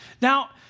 Now